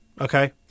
okay